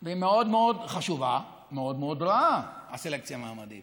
היא מאוד מאוד רעה: בסלקציה המעמדית